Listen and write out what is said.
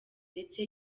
ndetse